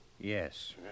Yes